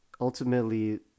ultimately